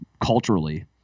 culturally